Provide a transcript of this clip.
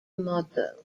model